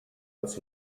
als